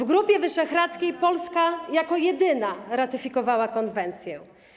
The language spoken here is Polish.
W Grupie Wyszehradzkiej Polska jako jedyna ratyfikowała konwencję.